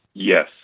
Yes